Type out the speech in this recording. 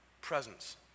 presence